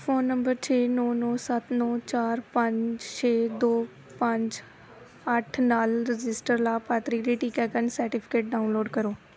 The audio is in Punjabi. ਫ਼ੋਨ ਨੰਬਰ ਛੇ ਨੌਂ ਨੌਂ ਸੱਤ ਨੌਂ ਚਾਰ ਪੰਜ ਛੇ ਦੋ ਪੰਜ ਅੱਠ ਨਾਲ ਰਜਿਸਟਰਡ ਲਾਭਪਾਤਰੀ ਲਈ ਟੀਕਾਕਰਨ ਸਰਟੀਫਿਕੇਟ ਡਾਊਨਲੋਡ ਕਰੋ